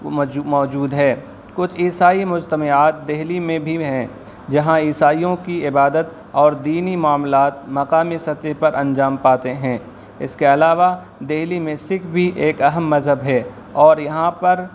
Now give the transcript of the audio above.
موجود موجود ہے کچھ عیسائی مجتمعات دہلی میں بھی ہیں جہاں عیسائیوں کی عبادت اور دینی معاملات مقامی سطح پر انجام پاتے ہیں اس کے علاوہ دہلی میں سکھ بھی ایک اہم مذہب ہے اور یہاں پر